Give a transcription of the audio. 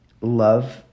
love